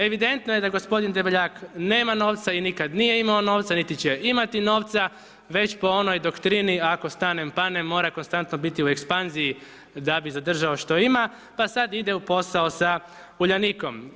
Evidentno je da g. Debeljak nema novca i nikad nije imao novca niti će imati novca već po onoj doktrini ako stanem-panem mora konstantno biti u ekspanziji da bi zadržao što ima pa sad ide u posao sa Uljanikom.